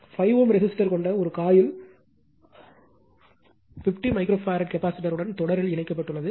5 Ω resistor கொண்ட ஒரு coil 50 micro farad capacitor உடன் தொடரில் இணைக்கப்பட்டுள்ளது